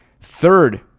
third